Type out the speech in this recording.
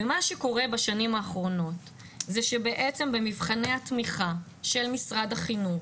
מה שקורה בשנים האחרונות זה שבמבחני התמיכה של משרד החינוך